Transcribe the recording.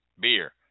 beer